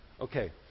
Okay